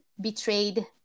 betrayed